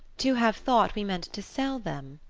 to have thought we meant to sell them.